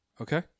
Okay